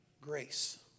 grace